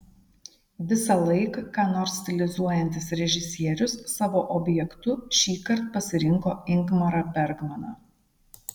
visąlaik ką nors stilizuojantis režisierius savo objektu šįkart pasirinko ingmarą bergmaną